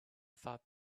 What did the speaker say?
thought